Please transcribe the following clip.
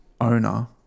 owner